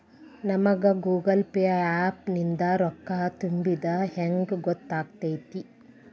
ನಮಗ Google Pay app ನಿಂದ ರೊಕ್ಕಾ ತುಂಬಿದ್ದ ಹೆಂಗ್ ಗೊತ್ತ್ ಆಗತೈತಿ?